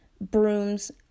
brooms